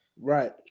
Right